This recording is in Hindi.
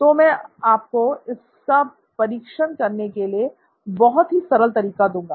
तो मैं आपको इसका परीक्षण करने के लिए बहुत ही सरल तरीका दूँगा